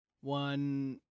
one